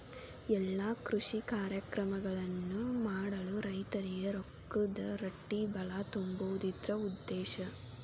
ಎಲ್ಲಾ ಕೃಷಿ ಕಾರ್ಯಕ್ರಮಗಳನ್ನು ಮಾಡಲು ರೈತರಿಗೆ ರೊಕ್ಕದ ರಟ್ಟಿಬಲಾ ತುಂಬುದು ಇದ್ರ ಉದ್ದೇಶ